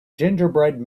gingerbread